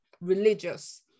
religious